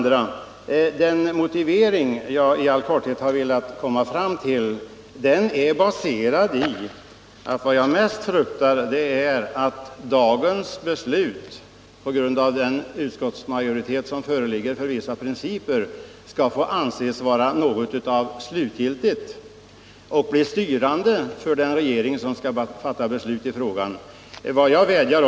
Den motivering som jag vidare i all korthet velat anföra är baserad på att det som jag mest fruktar är att dagens beslut, som är grundat på den utskottsmajoritet som nu föreligger för vissa principer, skall anses vara slutgiltigt och bli styrande för den regering som skall fatta det definitiva beslutet.